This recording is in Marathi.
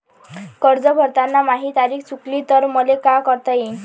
कर्ज भरताना माही तारीख चुकली तर मले का करता येईन?